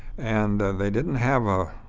and they didn't have a